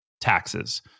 taxes